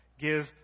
give